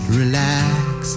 relax